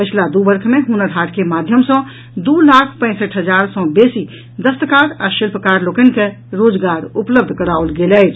पछिला दू वर्ष मे हुनर हाट के माध्यम सँ दू लाख पैंसठि हजार सँ बेसी दस्तकार आ शिल्पकार लोकनि के रोजगार उपलब्ध कराओल गेल अछि